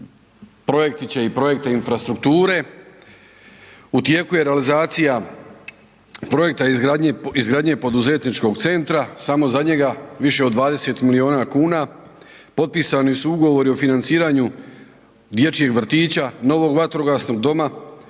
projektiće i projekte infrastrukture, u tijeku je realizacija projekta izgradnje poduzetničkog centra, samo za njega više od 20 milijuna kuna. Potpisani su ugovori o financiranju dječjeg vrtića, novog vatrogasnog doma